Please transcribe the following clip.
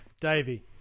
Davey